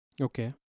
Okay